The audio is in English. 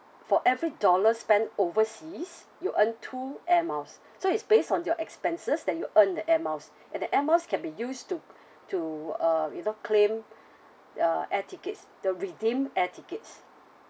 for every dollar spent overseas you earn two air miles so it's based on your expenses that you earn the air miles and the air miles can be used to to uh you know claim uh air tickets the redeem air tickets